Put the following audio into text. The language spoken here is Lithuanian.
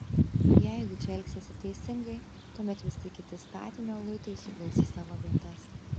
jeigu čia elgsiesi teisingai tuomet visi kiti statinio luitai suguls į savo vietas